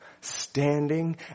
standing